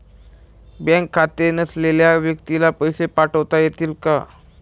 Bank खाते नसलेल्या व्यक्तीला पैसे पाठवता येतील का?